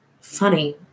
Funny